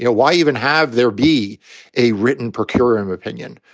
yeah why even have there be a written per curiam opinion?